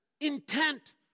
intent